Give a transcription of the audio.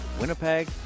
Winnipeg